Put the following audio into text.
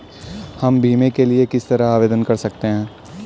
हम बीमे के लिए किस तरह आवेदन कर सकते हैं?